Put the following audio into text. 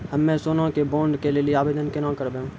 हम्मे सोना के बॉन्ड के लेली आवेदन केना करबै?